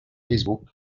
facebook